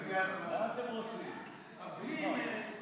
אם יהיה ריבוי דעות, נעביר את זה לוועדת הכנסת.